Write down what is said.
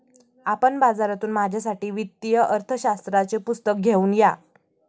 आपण बाजारातून माझ्यासाठी वित्तीय अर्थशास्त्राचे पुस्तक घेऊन या